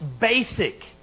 basic